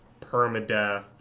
permadeath